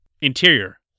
Interior